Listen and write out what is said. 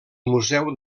museu